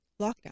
lockdown